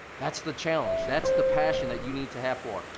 that's the challenge, that's the passion that you need to have for.